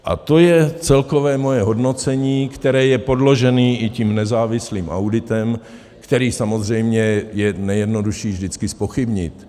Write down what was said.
A to je celkové moje hodnocení, které je podloženo i tím nezávislým auditem, který samozřejmě je nejjednodušší vždycky zpochybnit.